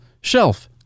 Shelf